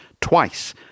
twice